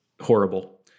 horrible